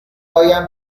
آیم